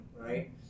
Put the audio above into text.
right